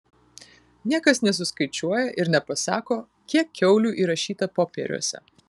niekas nesuskaičiuoja ir nepasako kiek kiaulių įrašyta popieriuose